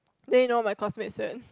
then you know my classmate said